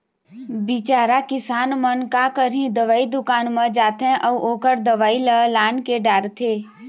बिचारा किसान मन का करही, दवई दुकान म जाथे अउ ओखर दवई ल लानके डारथे